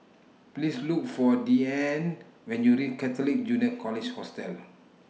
Please Look For Deeann when YOU REACH Catholic Junior College Hostel